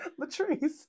Latrice